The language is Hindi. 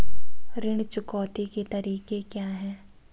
ऋण चुकौती के तरीके क्या हैं?